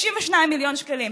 32 מיליון שקלים,